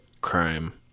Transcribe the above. crime